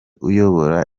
uyobora